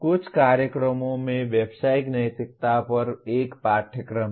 कुछ कार्यक्रमों में व्यावसायिक नैतिकता पर एक पाठ्यक्रम है